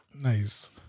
Nice